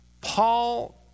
Paul